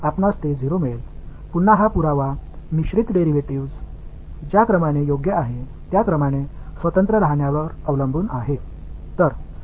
மீண்டும் இந்த ஆதாரம் கலப்பு டிரைவேடிவ்கள் அவை பொருந்தக்கூடிய வரிசையில் இருந்து சுதந்திரமாக இருப்பதைப் பொறுத்தது